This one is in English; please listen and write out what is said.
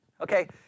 okay